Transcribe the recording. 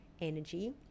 energy